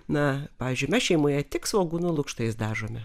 na pavyzdžiui mes šeimoje tik svogūnų lukštais dažome